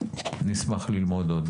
אני אשמח ללמוד עוד.